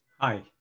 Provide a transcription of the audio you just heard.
Hi